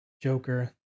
joker